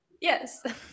Yes